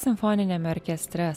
simfoniniame orkestre